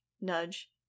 Nudge